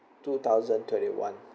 two thousand twenty one